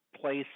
place